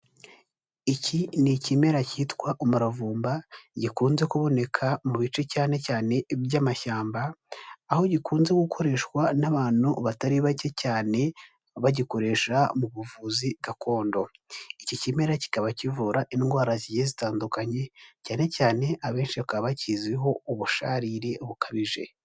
Iki ni ikimera cyitwa umuravumba, gikunze kuboneka mu bice cyane cyane by'amashyamba, aho gikunze gukoreshwa n'abantu batari bake cyane, bagikoresha mu buvuzi gakondo. Iki kimera kikaba kivura indwara zigiye zitandukanye, cyane cyane abenshi bakaba bakiziho ubusharire bukabije.